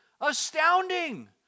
astounding